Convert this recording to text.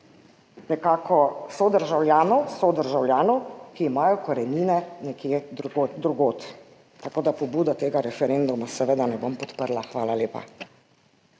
ne želite sodržavljanov, ki imajo korenine nekje drugje, tako da pobude tega referenduma seveda ne bom podprla. Hvala lepa.